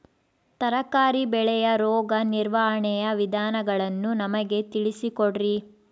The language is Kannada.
ತರಕಾರಿ ಬೆಳೆಯ ರೋಗ ನಿರ್ವಹಣೆಯ ವಿಧಾನಗಳನ್ನು ನಮಗೆ ತಿಳಿಸಿ ಕೊಡ್ರಿ?